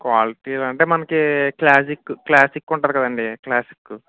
quality ఏది అంటే మనకి క్లాజిక్ క్లాసిక్ ఉంటుంది కదా అండి క్లాసిక్కు